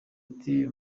ati